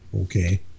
okay